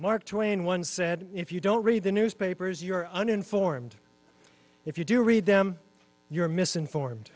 mark twain once said if you don't read the newspapers your uninformed if you do read them you're misinformed